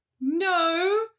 No